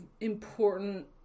important